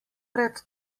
pred